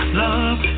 love